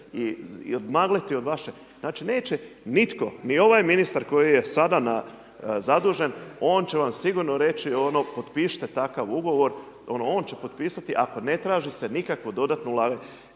i odmagliti od vas, znači neće nitko ni ovaj ministar koji je sada zadužen, on će vam sigurno reći ono potpišite takav ugovor, ono on će potpisati ako ne traži se nikakvo dodatno ulaganje.